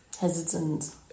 Hesitant